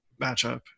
matchup